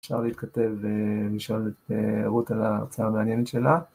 אפשר להתכתב ולשאול את רות על ההרצאה המעניינת שלה.